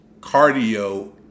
cardio